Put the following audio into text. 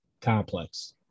Complex